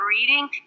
reading